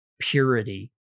purity